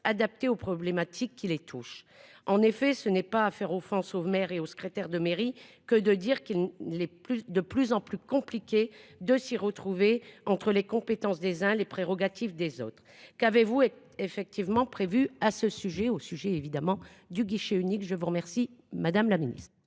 adaptés aux problématiques qui les touchent en effet ce n'est pas faire offense aux maires et aux secrétaire de mairie que de dire qu'il ne l'est plus, de plus en plus compliqué de s'y retrouver entre les compétences des uns les prérogatives des autres. Qu'avez-vous effectivement prévu à ce sujet au sujet évidemment du guichet unique. Je vous remercie, madame la Ministre.